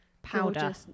powder